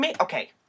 Okay